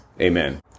Amen